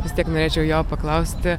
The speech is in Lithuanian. vis tiek norėčiau jo paklausti